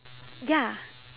ya